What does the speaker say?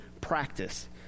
practice